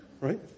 right